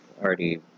already